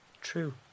True